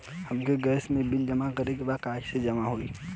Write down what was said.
हमके गैस के बिल जमा करे के बा कैसे जमा होई?